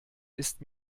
ist